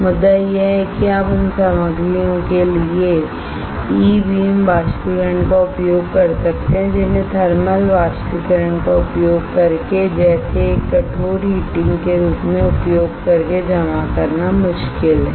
मुद्दा यह है कि आप उन सामग्रियों के लिए ई बीम वाष्पीकरण का उपयोग कर सकते हैं जिन्हें थर्मल बाष्पीकरण का उपयोग करके जैसे एक कठोर हीटिंग के रूप में उपयोग करके जमा करना मुश्किल है